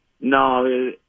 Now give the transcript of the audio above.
No